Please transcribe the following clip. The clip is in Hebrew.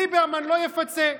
ליברמן לא יפצה.